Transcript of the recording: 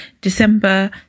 December